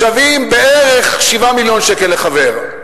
שווים בערך 7 מיליון שקל לחבר.